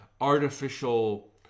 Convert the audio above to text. artificial